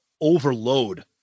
overload